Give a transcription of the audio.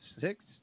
six